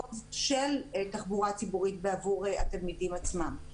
של תחבורה ציבורית עבור התלמידים עצמם.